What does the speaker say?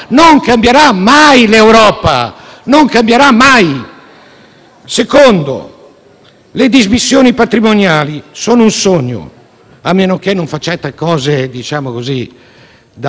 della spesa, non c'è un principio. Le tre voci più importanti sono: pubblica amministrazione, sanità e istruzione. Vediamo come siamo messi.